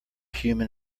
human